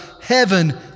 heaven